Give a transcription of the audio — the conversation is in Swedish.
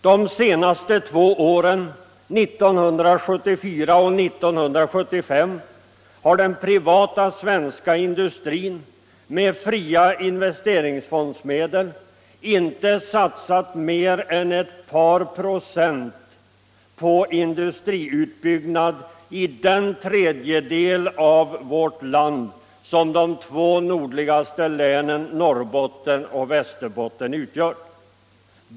De två senaste åren — 1974 och 1975 — har den privata svenska industrin med fria investeringsfondsmedel inte satsat mer än ett par procent på industriutbyggnad i den tredjedel av vårt land som de två nordligaste länen Norrbotten och Västerbotten utgör.